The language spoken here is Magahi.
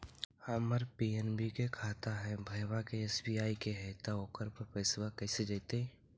हमर पी.एन.बी के खाता है और भईवा के एस.बी.आई के है त ओकर पर पैसबा कैसे जइतै?